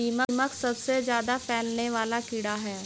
दीमक सबसे ज्यादा फैलने वाला कीड़ा है